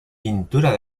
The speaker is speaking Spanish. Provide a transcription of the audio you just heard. pintura